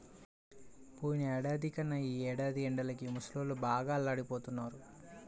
పోయినేడాది కన్నా ఈ ఏడాది ఎండలకి ముసలోళ్ళు బాగా అల్లాడిపోతన్నారు